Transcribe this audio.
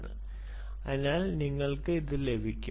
ഇല്ല അതിനാൽ നിങ്ങൾക്ക് ലഭിക്കും